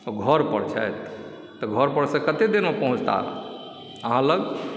ओ घरपर छथि तऽ घरपर सँ कतेक देरमे पहुँचता अहाँ लग